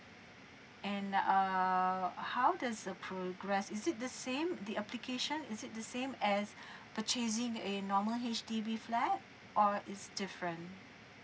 and err how does the progress is it the same the application is it the same as purchasing a normal H_D_B flat or it's different